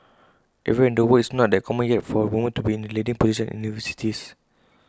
everywhere in the world IT is not that common yet for women to be in the leading positions in universities